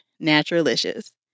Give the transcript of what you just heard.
Naturalicious